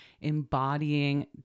embodying